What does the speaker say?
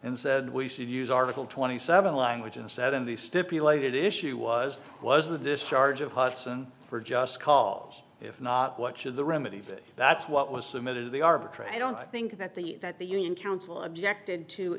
and said we should use article twenty seven language and said in the stipulated issue was was the discharge of hudson for just cause if not what should the remedy that's what was submitted to the arbitrate i don't think that the that the union counsel objected to